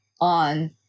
on